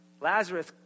Lazarus